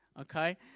okay